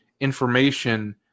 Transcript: information